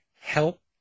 help